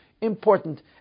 important